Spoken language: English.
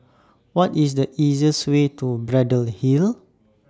What IS The easiest Way to Braddell Hill